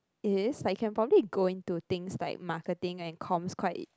it is like can probably go into things like marketing and comms quite